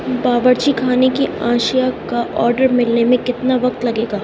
باورچی خانے کی اشیا کا آڈر ملنے میں کتنا وقت لگے گا